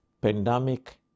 Pandemic